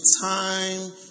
time